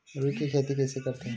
रुई के खेती कइसे करथे?